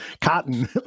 cotton